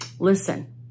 Listen